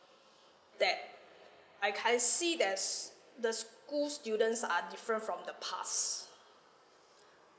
that I ca~ I see there's the school students are different from the past